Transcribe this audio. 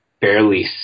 barely